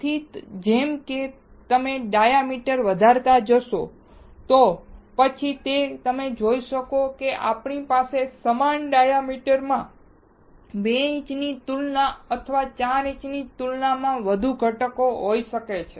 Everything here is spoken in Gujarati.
તેથી જેમ કે તમે ડાયામીટર વધારતા જશો તો પછી તમે જોઈ શકશો કે આપણી પાસે સમાન ડાયામીટરમાં 2 ઇંચની તુલનામાં અથવા 4 ઇંચની તુલનામાં વધુ ઘટક હોઈ શકે છે